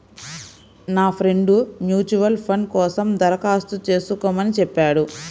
నా friend mutual fund కోసం దరఖాస్తు చేస్కోమని చెప్పాడు